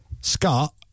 Scott